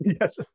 Yes